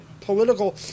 political